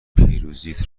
پیروزیت